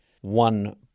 one